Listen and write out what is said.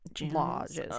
lodges